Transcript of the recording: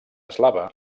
eslava